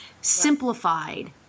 simplified